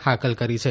હાકલ કરી છે